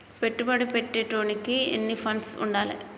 పెట్టుబడి పెట్టేటోనికి ఎన్ని ఫండ్స్ ఉండాలే?